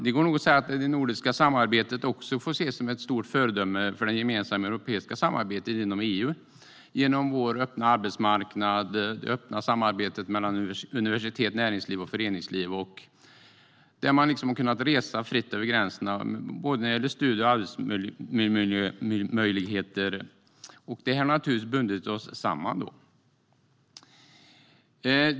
Det går nog att säga att även det nordiska samarbetet får ses som ett stort föredöme för det gemensamma europeiska samarbetet inom EU genom vår öppna arbetsmarknad och det öppna samarbetet mellan universitet, näringsliv och föreningsliv. Man har kunnat resa fritt över gränserna när det gäller både studier och arbetsmöjligheter, och detta har naturligtvis bundit oss samman.